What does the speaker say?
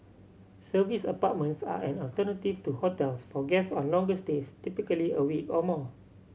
serviced apartments are an alternative to hotels for guests on longer stays typically a week or more